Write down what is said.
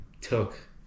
took